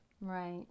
Right